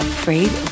Afraid